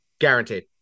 guaranteed